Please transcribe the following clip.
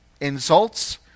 insults